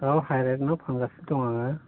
औ हाइ रेटआव फानगासिनो दङ आङो